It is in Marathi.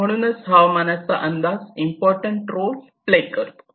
म्हणूनच हवामानाचा अंदाज इम्पॉर्टंट रोल प्ले करतो